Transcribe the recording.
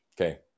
Okay